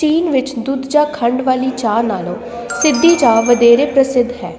ਚੀਨ ਵਿੱਚ ਦੁੱਧ ਜਾਂ ਖੰਡ ਵਾਲੀ ਚਾਹ ਨਾਲੋਂ ਸਿੱਧੀ ਚਾਹ ਵਧੇਰੇ ਪ੍ਰਸਿੱਧ ਹੈ